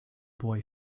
boy